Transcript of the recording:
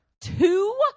two